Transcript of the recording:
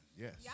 yes